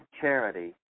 charity